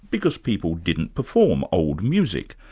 because people didn't perform old music.